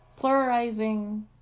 pluralizing